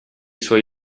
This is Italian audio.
suoi